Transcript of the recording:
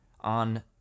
on